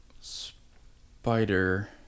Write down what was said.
spider